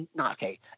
okay